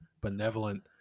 benevolent